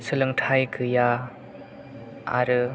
सोलोंथाय गैया आरो